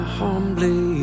humbly